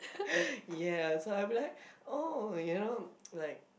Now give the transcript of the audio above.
ya so I'll be like oh you know like